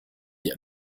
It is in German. die